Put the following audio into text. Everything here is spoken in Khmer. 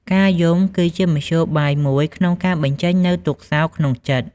ការយំគឺជាមធ្យោបាយមួយក្នុងការបញ្ចេញនូវទុក្ខសោកក្នុងចិត្ត។